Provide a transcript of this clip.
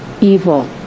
evil